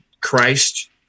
Christ